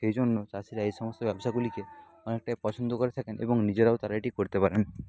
সেই জন্য চাষিরা এই সমস্ত ব্যবসাগুলিকে অনেকটাই পছন্দ করে থাকেন এবং নিজেরাও তারা এটি করতে পারেন